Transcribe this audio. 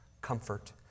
comfort